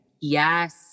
Yes